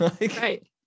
Right